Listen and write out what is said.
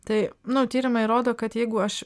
tai nu tyrimai rodo kad jeigu aš